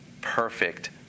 perfect